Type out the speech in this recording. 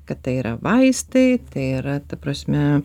kad tai yra vaistai tai yra ta prasme